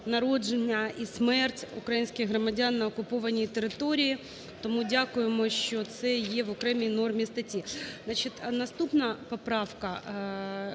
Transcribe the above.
народження і смерть українських громадян на окупованій території. Тому дякуємо, що це є в окремій нормі статті.